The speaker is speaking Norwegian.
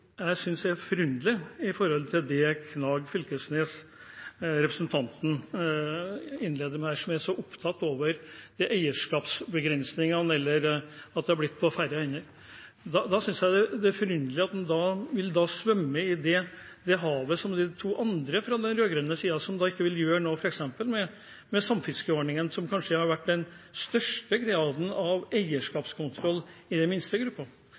jeg det er forunderlig at han vil svømme i det samme havet som de to andre rød-grønne partiene, som f.eks. ikke vil gjøre noe med samfiskeordningen, som kanskje har betydd den største graden av eierskapskontroll i den minste